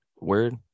word